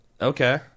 Okay